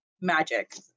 magic